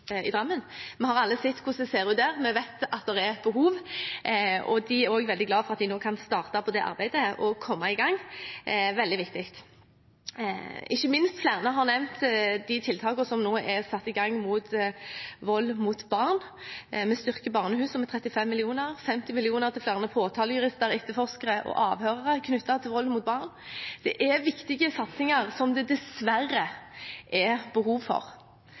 i Drammen. Vi har alle sett hvordan det ser ut der, vi vet at det er et behov, og man er også veldig glad for at man nå kan starte på dette arbeidet og komme i gang. Det er veldig viktig. Flere har nevnt de tiltakene som nå er satt i gang knyttet til vold mot barn. Vi styrker barnehusene med 35 mill. kr og 50 mill. kr til flere påtalejurister, etterforskere og avhørere knyttet til vold mot barn. Det er viktige satsinger som det dessverre er behov for.